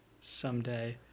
someday